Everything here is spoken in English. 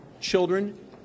children